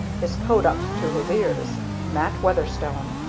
his coat up to his ears mat weatherstone.